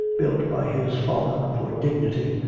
built by his father for dignity,